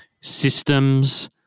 systems